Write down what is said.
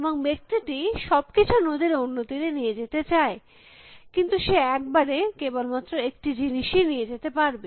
এবং ব্যক্তি টি সবকিছু নদীর অন্য তীরে নিয়ে যেতে চায় কিন্তু সে এক বারে কেবলমাত্র একটি জিনিসই নিয়ে যেতে পারবে